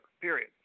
period